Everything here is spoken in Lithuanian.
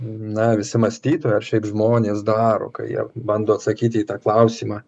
na visi mąstytojai ar šiaip žmonės daro kai jie bando atsakyti į tą klausimą